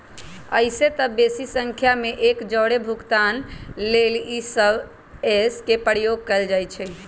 अइसेए तऽ बेशी संख्या में एके जौरे भुगतान लेल इ.सी.एस के प्रयोग कएल जाइ छइ